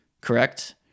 correct